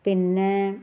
പിന്നെ